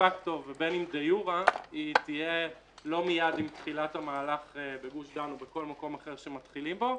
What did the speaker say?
היא תהיה לא מיד עם תחילת המהלך בגוש דן או בכל מקום אחר שמתחילים בו,